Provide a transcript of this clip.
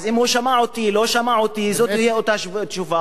אז אם הוא שמע אותי או לא שמע אותי זאת תהיה אותה תשובה,